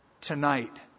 tonight